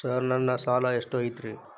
Sir ನನ್ನ ಸಾಲಾ ಎಷ್ಟು ಐತ್ರಿ?